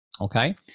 okay